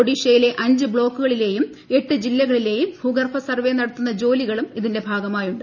ഒഡിഷയില്ല അഞ്ച് ബ്ളോക്കുകളിലേയും എട്ട് ജില്ലകളിലേയും ഭൂഗർഭ സർവേ നടത്തുന്ന ജോലികളും ഇതിന്റെ ഭാഗമായുണ്ട്